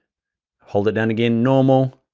hold it down again, normal,